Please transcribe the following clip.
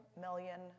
million